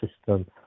system